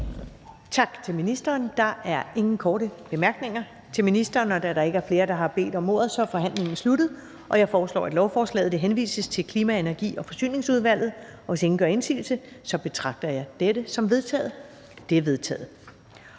Tak til ministeren. Der er ingen korte bemærkninger til ministeren. Da der ikke er flere, der har bedt om ordet, er forhandlingen sluttet. Jeg foreslår, at lovforslaget henvises til Klima-, Energi- og Forsyningsudvalget, og hvis ingen gør indsigelse, betragter jeg dette som vedtaget. Det er vedtaget.